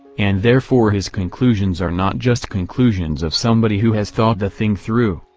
and therefore his conclusions are not just conclusions of somebody who has thought the thing through,